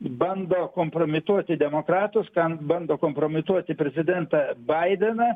bando kompromituoti demokratus kam bando kompromituoti prezidentą baideną